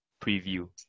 preview